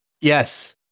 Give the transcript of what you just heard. Yes